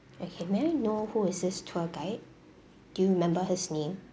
okay may I know who is this tour guide do you remember his name